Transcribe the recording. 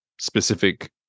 specific